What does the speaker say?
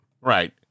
right